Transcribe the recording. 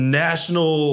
national